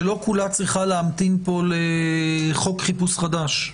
שלא כולה צריכה להמתין פה לחוק חיפוש חדש,